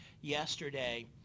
Yesterday